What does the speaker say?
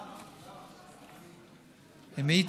למה?